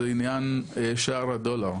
זה עניין שער הדולר,